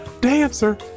dancer